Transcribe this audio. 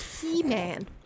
He-Man